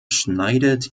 schneidet